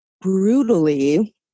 brutally